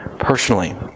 Personally